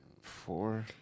Four